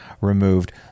removed